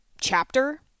chapter